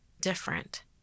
different